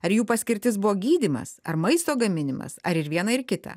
ar jų paskirtis buvo gydymas ar maisto gaminimas ar ir viena ir kita